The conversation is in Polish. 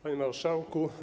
Panie Marszałku!